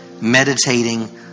Meditating